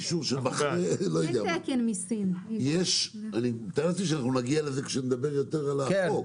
אני מתאר לעצמי שאנחנו נגיע לזה כשנדבר יותר על החוק,